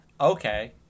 okay